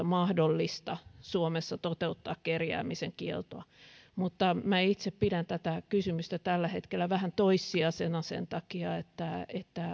mahdollista toteuttaa kerjäämisen kieltoa itse pidän tätä kysymystä tällä hetkellä vähän toissijaisena sen takia että